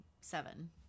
seven